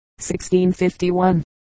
1651